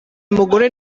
mugore